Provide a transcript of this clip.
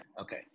okay